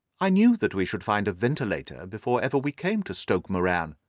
i knew that we should find a ventilator before ever we came to stoke moran.